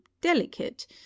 delicate